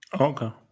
Okay